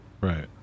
right